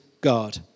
God